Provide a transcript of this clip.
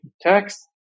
text